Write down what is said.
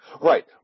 Right